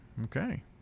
Okay